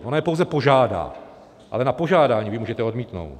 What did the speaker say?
Ono je pouze požádá, ale na požádání vy můžete odmítnout.